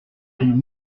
rue